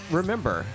remember